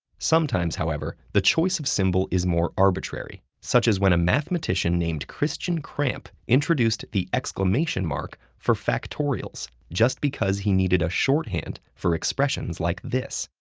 sometimes, however, the choice of symbol is more arbitrary, such as when a mathematician named christian kramp introduced the exclamation mark for factorials just because he needed a shorthand for expressions like this.